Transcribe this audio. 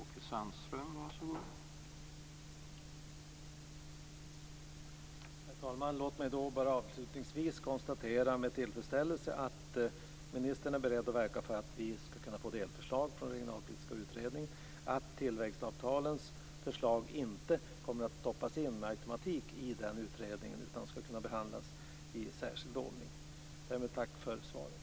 Herr talman! Låt mig avslutningsvis med tillfredsställelse konstatera att ministern är beredd att verka för att vi skall kunna få delförslag från den regionalpolitiska utredningen och att tillväxtavtalens förslag inte med automatik kommer att stoppas in i den utredningen utan skall kunna behandlas i särskild ordning. Därmed tackar jag för svaren.